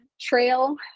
trail